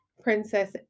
Princess